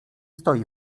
stoi